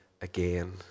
again